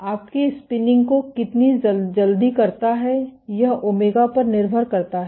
आपके स्पिनिंग को कितनी जल्दी करता है यह ओमेगा पर निर्भर करता है